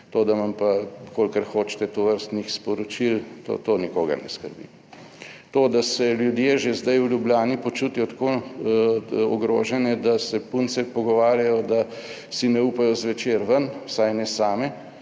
To, da imam pa kolikor hočete tovrstnih sporočil, to nikogar ne skrbi. To, da se ljudje že zdaj v Ljubljani počutijo tako ogrožene, da se punce pogovarjajo, da si ne upajo zvečer ven, vsaj ne same,